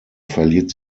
verliert